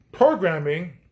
Programming